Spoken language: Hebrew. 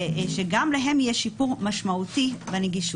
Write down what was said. ושגם להם יהיה שיפור משמעותי בנגישות.